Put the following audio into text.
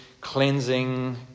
cleansing